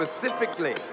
specifically